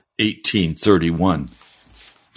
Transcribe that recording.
18.31